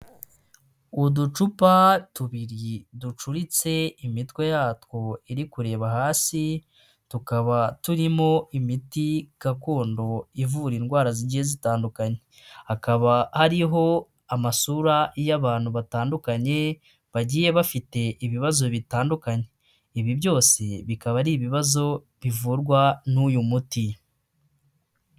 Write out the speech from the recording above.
Uducupa tubiri ducuritse imitwe yatwo iri kureba hasi; tukaba turimo imiti gakondo ivura indwara zigiye zitandukanye; hakaba hariho amasura y'abantu batandukanye; bagiye bafite ibibazo bitandukanye; ibi byose bikaba ari ibibazo bivurwa n'uyu muti.